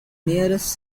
nearest